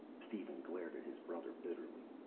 steven glared at his brother bitterly.